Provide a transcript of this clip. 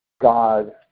God